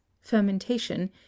fermentation